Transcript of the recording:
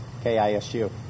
KISU